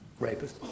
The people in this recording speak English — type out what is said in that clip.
rapists